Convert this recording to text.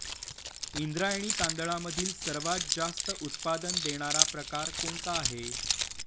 इंद्रायणी तांदळामधील सर्वात जास्त उत्पादन देणारा प्रकार कोणता आहे?